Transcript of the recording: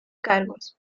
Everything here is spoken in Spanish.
cargos